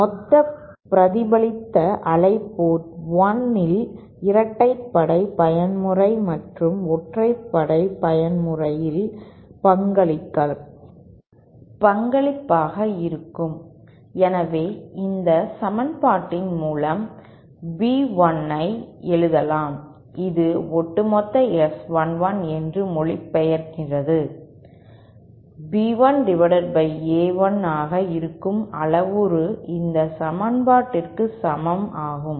மொத்த பிரதிபலித்த அலை போர்ட் 1 இல் இரட்டைப்படை பயன்முறை மற்றும் ஒற்றைப்படை பயன்முறையின் பங்களிப்பபாக இருக்கும் எனவே இந்த சமன்பாட்டின் மூலம் B 1 ஐ எழுதலாம் இது ஒட்டுமொத்த S 11 என்று மொழிபெயர்க்கிறது B1A1 ஆக இருக்கும் அளவுரு இந்த சமன்பாட்டிற்கு சமம் ஆகும்